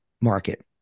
market